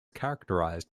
characterised